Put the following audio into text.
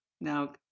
now